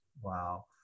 Wow